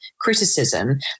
criticism